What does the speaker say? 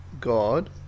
God